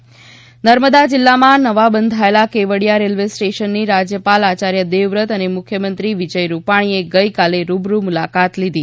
Kevadia railway station Narmada જીલ્લામાં નવા બંધાયેલા કેવડીયા રેલવે સ્ટેશનની રાજ્યપાલ આચાર્ય દેવવ્રત અને મુખ્ય મંત્રી વિજય રૂપાણીએ ગઈકાલે રૂબરૂ મુલાકાત લીધી